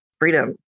freedom